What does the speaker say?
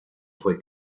fue